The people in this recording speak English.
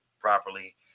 properly